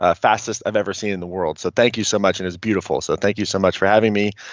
ah fastest i've ever seen in the world. so thank you so much. and it's beautiful. so thank you so much for having me,